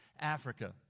Africa